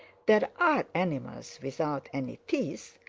there are animals without any teeth,